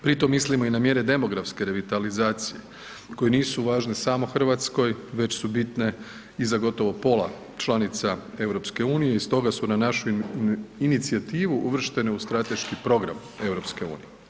Pritom mislimo i na mjere demografske revitalizacije koje nisu važne samo Hrvatskoj, već su bitne i za gotovo pola članica EU i stoga su na našu inicijativu uvrštene u strateški program EU.